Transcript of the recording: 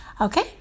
Okay